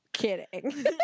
kidding